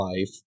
life